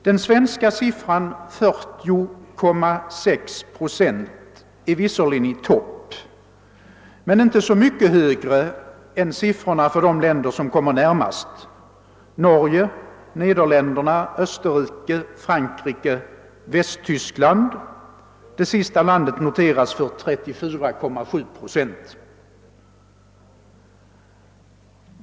Den svenska siffran, 40,6 procent, ligger visserligen i topp men inte så mycket högre än noteringarna för de länder som kommer närmast, nämligen Norge, Nederländerna, Österrike, Frankrike och Västtyskland. Det sistnämnda landet har siffran 34,7 procent.